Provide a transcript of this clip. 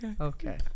Okay